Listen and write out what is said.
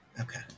Okay